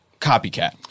copycat